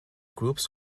groups